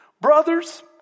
Brothers